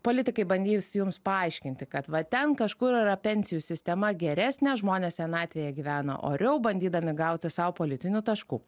politikai bandys jums paaiškinti kad va ten kažkur yra pensijų sistema geresnė žmonės senatvėje gyvena oriau bandydami gauti sau politinių taškų